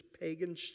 pagan